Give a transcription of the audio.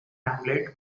hamlet